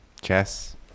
chess